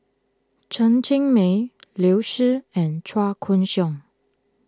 Chen Cheng Mei Liu Si and Chua Koon Siong